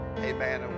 Amen